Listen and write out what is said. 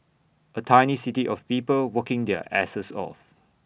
A tiny city of people working their asses off